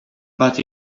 but